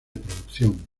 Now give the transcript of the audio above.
producción